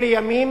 אלה ימים